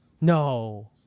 No